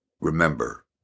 remember